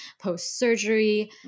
post-surgery